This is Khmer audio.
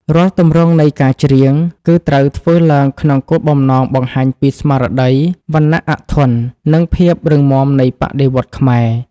រាល់ទម្រង់នៃការច្រៀង គឺត្រូវធ្វើឡើងក្នុងគោលបំណងបង្ហាញពីស្មារតីវណ្ណៈអធន និងភាពរឹងមាំនៃបដិវត្តន៍ខ្មែរ។